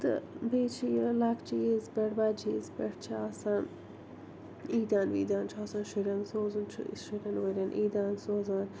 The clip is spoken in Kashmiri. تہٕ بیٚیہِ چھِ یہِ لۄکچہٕ عیز پٮ۪ٹھ بَجہِ عیز پٮ۪ٹھ چھِ آسان عیٖدیٛان ویٖدیٛان چھِ آسان شُرٮ۪ن سوزُن چھُ شُرٮ۪ن وُرٮ۪ن عیٖدیٛان سوزان